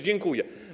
Dziękuję.